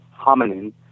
hominin